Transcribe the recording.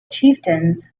chieftains